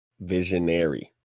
visionary